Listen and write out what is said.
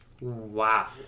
Wow